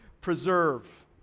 Preserve